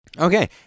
Okay